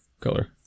color